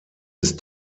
ist